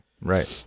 right